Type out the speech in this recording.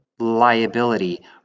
liability